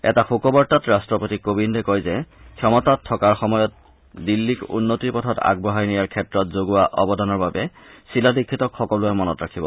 এটা শোক বাৰ্তাত ৰাট্টপতি কোবিন্দে কয় যে ক্ষমতাত থকাৰ সময়ত দিল্লীক উন্নতিৰ পথত আগবঢ়াই নিয়াৰ ক্ষেত্ৰত যোগোৱা অৱদানৰ বাবে শীলা দীক্ষিতক সকলোৱে মনত ৰাখিব